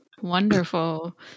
Wonderful